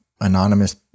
anonymous